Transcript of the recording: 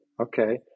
Okay